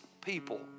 people